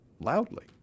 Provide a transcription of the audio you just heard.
loudly